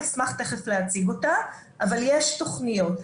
אני אשמח תכף להציג אותה, אבל יש תוכניות.